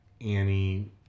Annie